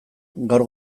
gaur